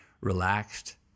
relaxed